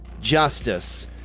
justice